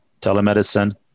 telemedicine